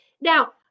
Now